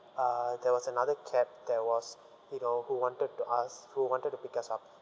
uh there was another cab that was you know who wanted to us who wanted to pick us up